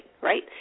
right